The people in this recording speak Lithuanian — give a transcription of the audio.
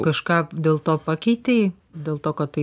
kažką dėl to pakeitei dėl to kad tai